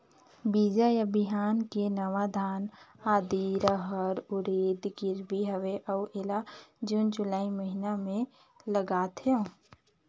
बीजा या बिहान के नवा धान, आदी, रहर, उरीद गिरवी हवे अउ एला जून जुलाई महीना म लगाथेव?